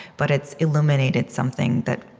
but it's illuminated something that